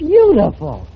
Beautiful